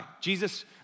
Jesus